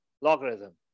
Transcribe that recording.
logarithm